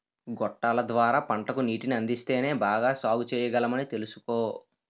గొట్టాల ద్వార పంటకు నీటిని అందిస్తేనే బాగా సాగుచెయ్యగలమని తెలుసుకో